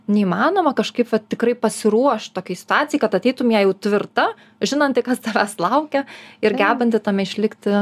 neįmanoma kažkaip vat tikrai pasiruošt tokiai situacijai kad ateitum į ją jau tvirta žinanti kas tavęs laukia ir gebanti tame išlikti